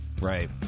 Right